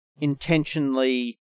intentionally